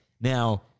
Now